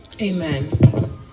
Amen